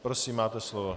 Prosím, máte slovo.